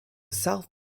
south